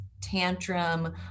tantrum